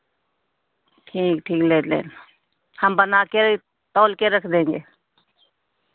ठीक ठीक ले लेना हम बना के तौल के रख देंगे